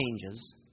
changes